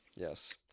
Yes